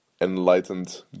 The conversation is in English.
enlightened